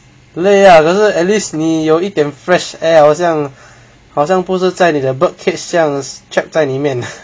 累 ah 可是 at least 你有一点 fresh air 好像好像不是在你的 bird cage 这样 trapped 在里面